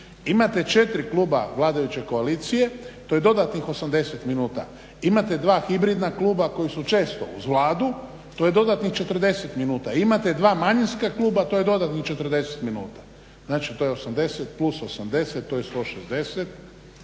imate 4kluba vladajuće koalicije to je dodatnih 80 minuta, imate 2 hibridna kluba koja su često uz Vladu to je dodatnih 40 minuta, imate 2 manjinska kluba to je dodatnih 40 minuta. Znači to je 80 +80 to je 160